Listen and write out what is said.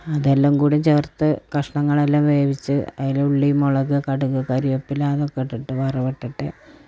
അതെല്ലാം കൂടി ചേർത്ത് കഷ്ണങ്ങളെല്ലാം വേവിച്ച് അതിൽ ഉള്ളി മുളക് കടുക് കറിവേപ്പില അതൊക്കെ ഇട്ടിട്ട് വറവൊക്കെ ഇട്ടിട്ട്